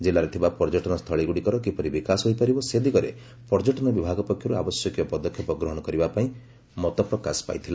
କିଲ୍ଲାରେ ଥିବା ପର୍ଯ୍ୟଟନସ୍ୁଳୀଗୁଡ଼ିକର କିପରି ବିକାଶ ହୋଇପାରିବ ସେ ଦିଗରେ ପର୍ଯ୍ୟଟନ ବିଭାଗ ପକ୍ଷରୁ ଆବଶ୍ୟକୀୟ ପଦକ୍ଷେପ ଗ୍ରହଣ କରିବା ପାଇଁ ମତପ୍ରକାଶ ପାଇଥିଲା